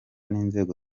n’inzego